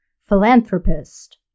Philanthropist